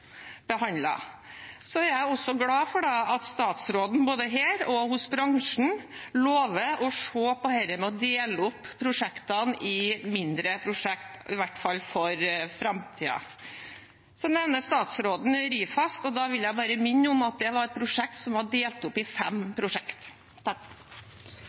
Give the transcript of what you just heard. er også glad for at statsråden både her og hos bransjen lover å se på det å dele opp prosjektene i mindre prosjekter, i hvert fall for framtiden. Så nevner statsråden Ryfast. Da vil jeg bare minne om at det var et prosjekt som var delt opp i fem